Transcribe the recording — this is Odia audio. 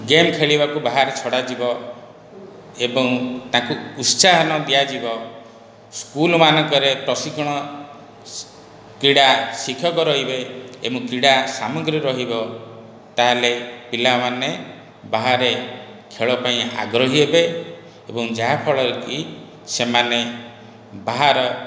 ଗେମ୍ ଖେଳିବାକୁ ବାହାରେ ଛଡ଼ାଯିବ ଏବଂ ତାଙ୍କୁ ଉତ୍ସାହନ ଦିଆଯିବ ସ୍କୁଲ ମାନଙ୍କରେ ପ୍ରଶିକ୍ଷଣ କ୍ରୀଡ଼ା ଶିକ୍ଷକ ରହିବେ ଏବଂ କ୍ରୀଡ଼ା ସାମଗ୍ରୀ ରହିବ ତା'ହେଲେ ପିଲାମାନେ ବାହାରେ ଖେଳ ପାଇଁ ଆଗ୍ରହି ହେବେ ଏବଂ ଯାହା ଫଳରେ କି ସେମାନେ ବାହାର